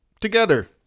together